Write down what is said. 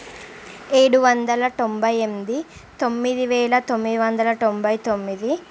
ఏడు వందల తొంభై ఎనిమిది తొమ్మిది వేల తొమ్మిది వందల తొంభై తొమ్మిది